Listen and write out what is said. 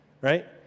right